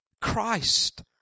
Christ